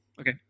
Okay